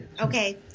Okay